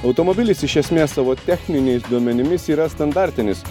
automobilis iš esmės savo techniniais duomenimis yra standartinis